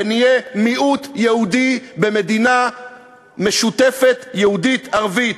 ונהיה מיעוט יהודי במדינה משותפת יהודית-ערבית.